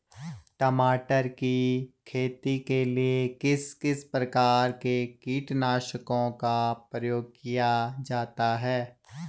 टमाटर की खेती के लिए किस किस प्रकार के कीटनाशकों का प्रयोग किया जाता है?